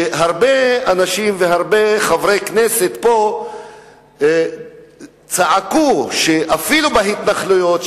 כשהרבה אנשים והרבה חברי כנסת פה צעקו שאפילו בהתנחלויות,